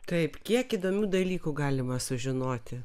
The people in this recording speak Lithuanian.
taip kiek įdomių dalykų galima sužinoti